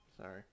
Sorry